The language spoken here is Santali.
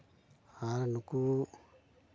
ᱟᱨ ᱱᱩᱠᱩ